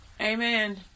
Amen